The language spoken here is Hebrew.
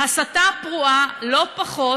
אבל הוא מייצר משהו שלא קיים בכלל,